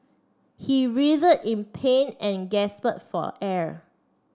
he in pain and gasped for air